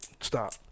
stop